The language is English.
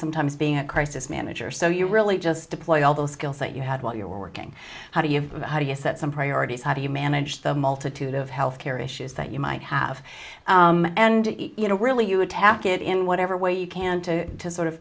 sometimes being a crisis manager so you really just deploy all the skills that you had while you were working how do you how do you set some priorities how do you manage the multitude of health care issues that you might have and you know really you attack it in whatever way you can to to sort of